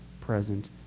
present